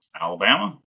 Alabama